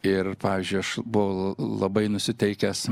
ir pavyzdžiui aš buvau labai nusiteikęs